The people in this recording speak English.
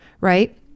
right